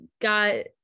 got